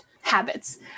habits